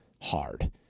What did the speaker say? hard